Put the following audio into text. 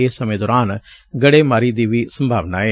ਇਸ ਸਮੇਂ ਦੌਰਾਨ ਗੜੇਮਾਰੀ ਦੀ ਵੀ ਸੰਭਾਵਨਾ ਏ